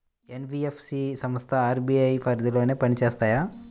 NBFC సంస్థలు RBI పరిధిలోనే పని చేస్తాయా?